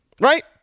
right